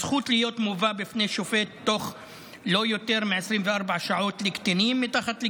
הזכות להיות מובא בפני שופט תוך לא יותר מ-24 שעות לקטינים מגיל 14,